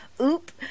Oop